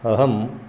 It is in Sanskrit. अहं